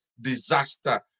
disaster